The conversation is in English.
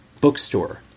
bookstore